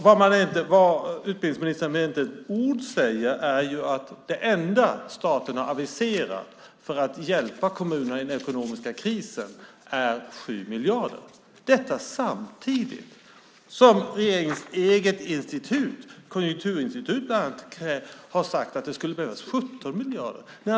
Vad utbildningsministern inte med ett ord säger är att det enda staten har aviserat för att hjälpa kommunerna i den ekonomiska krisen är 7 miljarder - detta samtidigt som regeringens eget institut, Konjunkturinstitutet, har sagt att det skulle behövas 17 miljarder.